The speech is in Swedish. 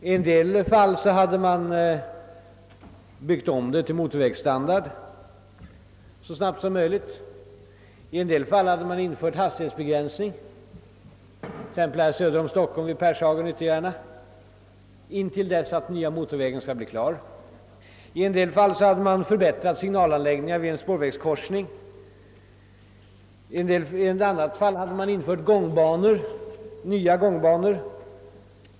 I en del fall hade man byggt om vägen till motorvägsstandard så snabbt som möjligt. I en del fall hade man infört hastighetsbegränsning, t.ex. söder om Stockholm vid Pershagen i Ytterjärna, tills den nya motorvägen blir klar. I en del fall hade man förbättrat signalanläggningarna vid en spårvägskorsning. I några fall hade man infört nya gångbanor.